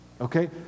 Okay